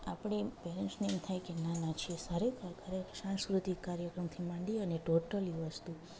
આપણે પેરેંટ્સને એવું થાય કે ના ના છે સારું કાર્ય સાંસ્કૃતિક કાર્યક્રમથી માંડી અને ટોટલી વસ્તુ